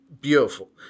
beautiful